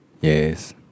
Yes